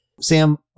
sam